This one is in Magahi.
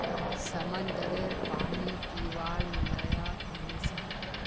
समंद्ररेर पानी पीवार लयाक नी छे